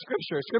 Scripture